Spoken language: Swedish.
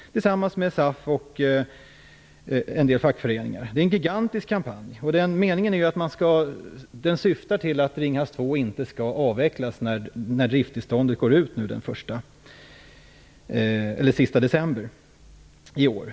Bakom den står också SAF och en del fackföreningar. Det är en gigantisk kampanj, och den syftar till att Ringhals 2 inte skall avvecklas när driftstillståndet går ut den sista december i år.